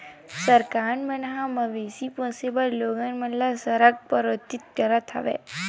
सरकार ह मवेशी पोसे बर लोगन मन ल सरलग प्रेरित करत हवय